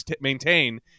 maintain